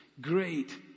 Great